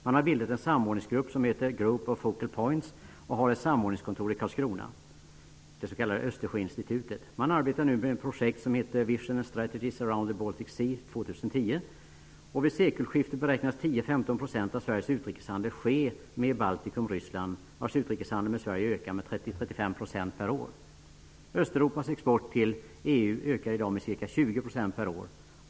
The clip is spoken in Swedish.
Man har bildat en samordningsgrupp, ''Group of Focal Points'', och man har ett samordningskontor i Man arbetar nu med ett projekt som heter ''Vision & Strategies around the Baltic Sea 2010''. Vid sekelskiftet beräknas 10-15 % av Sveriges utrikeshandel ske med Baltikum och Ryssland, vars utrikeshandel med Sverige ökar med 30-35 % per år. Österuropas export till EU ökar i dag med ca 20 % per år.